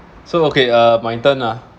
so okay uh my turn ah